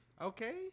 okay